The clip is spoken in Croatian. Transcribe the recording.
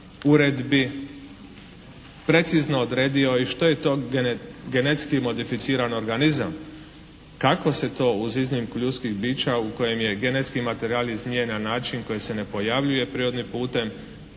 uredbi precizno odredio i što je to genetski modificiran organizam? Kako se to uz iznimku ljudskih bića u kojim je genetski materijal iz nje na način koji se ne pojavljuje prirodnim putem